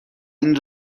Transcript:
این